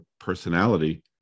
personality